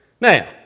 Now